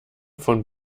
von